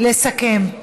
לסכם.